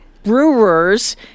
Brewers